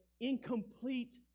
incomplete